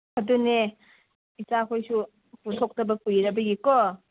ꯑꯗꯨꯅꯦ ꯏꯆꯥ ꯈꯣꯏꯁꯨ ꯄꯨꯊꯣꯛꯇꯕ ꯀꯨꯏꯔꯕꯒꯤꯀꯣ